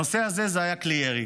הנושא הזה היה "כלי ירי".